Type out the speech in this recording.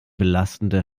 belastende